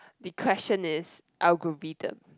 the question is algorithm